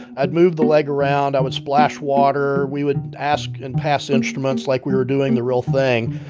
i'd move the leg around. i would splash water. we would ask and pass instruments like we were doing the real thing,